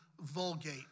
Vulgate